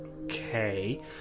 okay